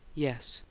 yes.